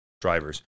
drivers